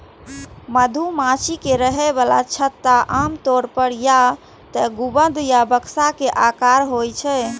मधुमाछी के रहै बला छत्ता आमतौर पर या तें गुंबद या बक्सा के आकारक होइ छै